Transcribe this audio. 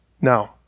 Now